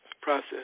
process